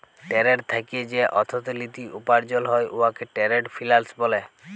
trade থ্যাইকে যে অথ্থলিতি উপার্জল হ্যয় উয়াকে টেরেড ফিল্যাল্স ব্যলে